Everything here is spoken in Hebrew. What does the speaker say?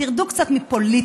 תרדו קצת מפוליטיקה,